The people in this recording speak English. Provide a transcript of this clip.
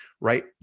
right